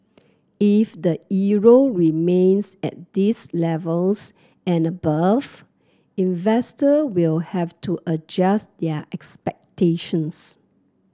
if the euro remains at these levels and above investor will have to adjust their expectations